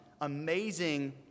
amazing